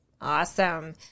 Awesome